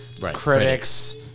Critics